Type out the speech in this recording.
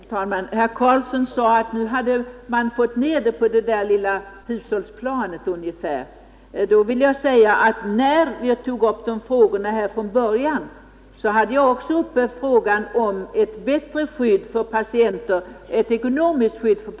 Herr talman! Herr Karlsson i Huskvarna sade att man nu hade fått ner debatten på hushållsplanet. Då vill jag säga att när jag drog upp dessa frågor genom motion i riksdagen från början hade jag också uppe frågan om ett ekonomiskt skydd för patienter som blivit behandlade fel.